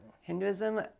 hinduism